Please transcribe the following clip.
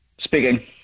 Speaking